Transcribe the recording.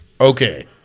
okay